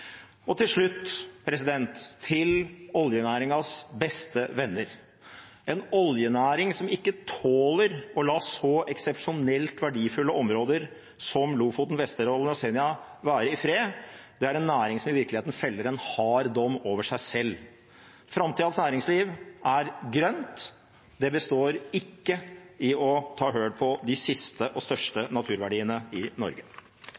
seg. Til slutt, til oljenæringens beste venner – en oljenæring som ikke tåler å la så eksepsjonelt verdifulle områder som Lofoten, Vesterålen og Senja være i fred: Det er en næring som i virkeligheten feller en hard dom over seg selv. Framtidas næringsliv er grønt. Det består ikke i å ta hull på de siste og største naturverdiene i Norge.